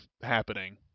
happening